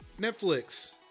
Netflix